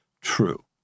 true